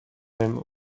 him